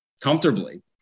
comfortably